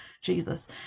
jesus